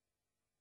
תם